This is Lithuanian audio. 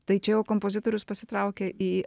tai čia jau kompozitorius pasitraukia į